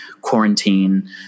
quarantine